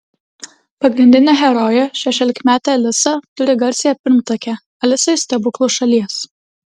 pagrindinė herojė šešiolikmetė alisa turi garsiąją pirmtakę alisą iš stebuklų šalies